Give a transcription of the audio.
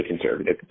conservative